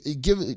give